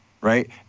Right